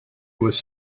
was